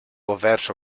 governs